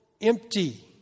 empty